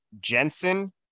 Jensen